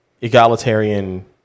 egalitarian